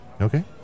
Okay